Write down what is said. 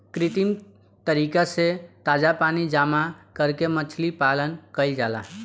कृत्रिम तरीका से ताजा पानी जामा करके मछली पालन कईल जाला